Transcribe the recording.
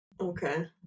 Okay